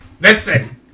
Listen